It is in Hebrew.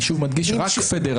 אני שוב מדגיש, רק פדרלי.